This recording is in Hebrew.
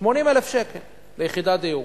80,000 שקלים ליחידת דיור,